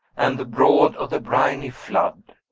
and the brood of the briny flood.